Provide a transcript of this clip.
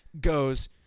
goes